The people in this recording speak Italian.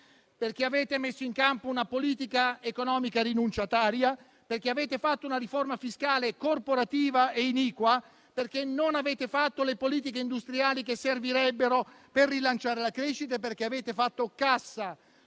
Avete messo in campo una politica economica rinunciataria; avete fatto una riforma fiscale corporativa e iniqua; non avete fatto le politiche industriali che servirebbero per rilanciare la crescita, facendo cassa